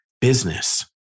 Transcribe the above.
business